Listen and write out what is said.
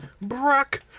Brock